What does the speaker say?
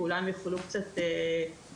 ואולי הם יוכלו קצת להגן,